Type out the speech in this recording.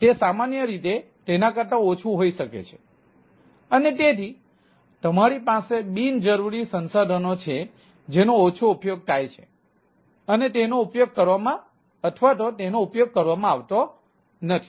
તે સામાન્ય રીતે તેના કરતા ઓછું હોઈ શકે છે અને તેથી તમારી પાસે બિનજરૂરી સંસાધનો છે જેનો ઓછો ઉપયોગ થાય છે અથવા તેનો ઉપયોગ કરવામાં આવતો નથી